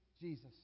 Jesus